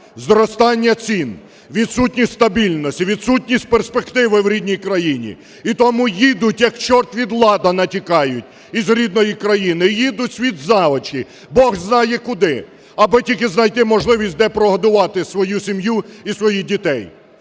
зростання цін відсутність стабільності, відсутність перспективи в рідній країні. І тому їдуть, як чорт від ладану тікають із рідної країни і їдуть світ за очі, Бог знає куди, аби тільки знайти можливість, де прогодувати свою сім'ю і своїх дітей.